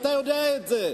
אתה יודע את זה,